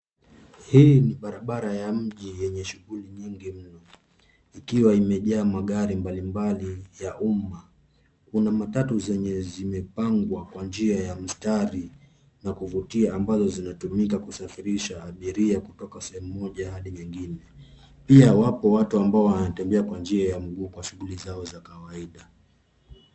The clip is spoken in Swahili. Hii ni barabara ya mji yenye shughuli nyingi mno, ikiwa imejaa magari mbalimbali ya umma. Kuna watatu zanye zimepangwa kwa njia ya mstari na kuvutia ambazo zinatumika kusafirisha abiria kutoka sehemu moja hadi nyingine. Pia wapo watu ambao wanatembea kwa mguu kwa shughuli zao za kawaida.